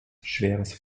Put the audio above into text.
schweres